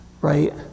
right